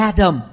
Adam